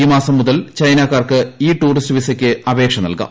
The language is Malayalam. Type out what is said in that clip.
ഈ മാസം മുതൽ ക്ലെച്ചെനക്കാർക്ക് ഇ ടൂറിസ്റ്റ് വിസയ്ക്ക് അപേക്ഷ നൽകാം